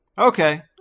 Okay